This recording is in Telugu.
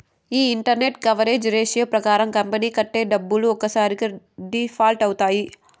ఈ ఇంటరెస్ట్ కవరేజ్ రేషియో ప్రకారం కంపెనీ కట్టే డబ్బులు ఒక్కసారి డిఫాల్ట్ అవుతాయి